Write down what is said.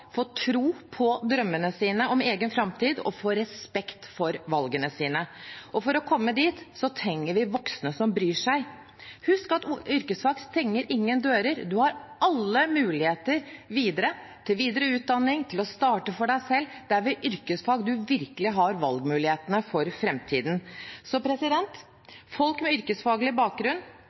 få tro på drømmene om egen framtid og respekt for valgene sine. For å komme dit trenger vi voksne som bryr seg. Yrkesfag stenger ikke noen dører. Man har alle muligheter til videre utdanning, til å starte for seg selv. Det er med yrkesfag man virkelig har valgmuligheter for framtiden. Folk med yrkesfaglig bakgrunn